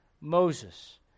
Moses